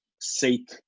seek